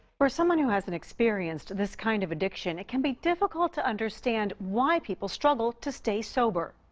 for someone who hasn't experienced this kind of addiction, it can be difficult to understand why people struggle to stay sober.